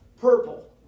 Purple